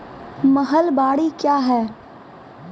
महलबाडी क्या हैं?